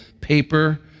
paper